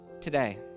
today